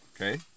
okay